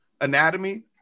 anatomy